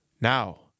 Now